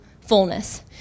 fullness